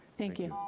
thank you.